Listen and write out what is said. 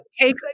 Take